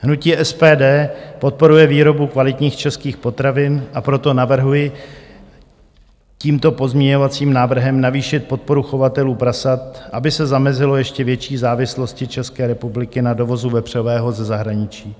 Hnutí SPD podporuje výrobu kvalitních českých potravin, a proto navrhuji tímto pozměňovacím návrhem navýšit podporu chovatelů prasat, aby se zamezilo ještě větší závislosti České republiky na dovozu vepřového ze zahraničí.